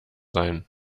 sein